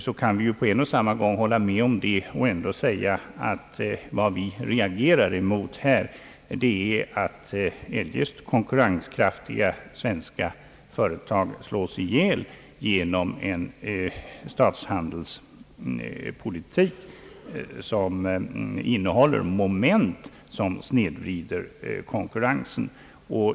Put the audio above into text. Vi kan hålla med om detta, samtidigt som vi emellertid framhåller att vi reagerar mot att eljest konkurrenskraftiga svenska företag slås ihjäl till följd av en statshandelspolitik vilken innehåller moment som snedvrider konkurrensen.